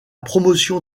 promotion